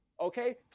Okay